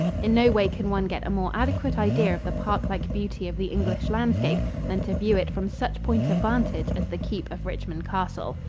in no way can one get a more adequate idea of the parklike beauty of the english landscape than to view it from such point of vantage as the keep of richmond castle.